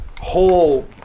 whole